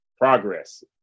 progress